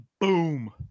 boom